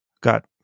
got